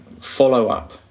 follow-up